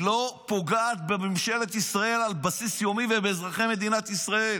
היא לא פוגעת בממשלת ישראל על בסיס יומי ובאזרחי מדינת ישראל,